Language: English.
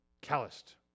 calloused